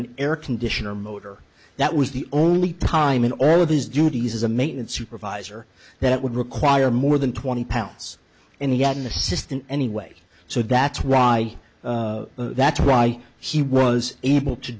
an air conditioner motor that was the only time in all of his duties as a maintenance supervisor that would require more than twenty pounds and he had an assistant anyway so that's why that's right he was able to